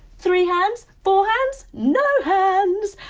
three hands, four hands, no hands!